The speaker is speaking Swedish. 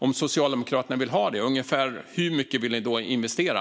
Om Socialdemokraterna vill ha det, hur mycket vill ni i så fall investera?